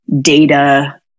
data